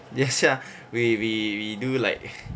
ya sia we we we do like